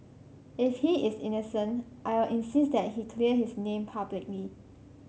if he is innocent I will insist that he clear his name publicly